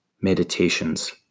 meditations